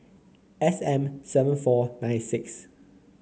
S M seven four nine six